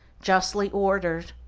justly ordered,